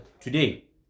Today